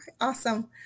awesome